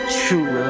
true